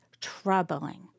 troubling